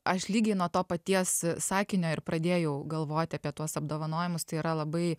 aš lygiai nuo to paties a sakinio ir pradėjau galvoti apie tuos apdovanojimus tai yra labai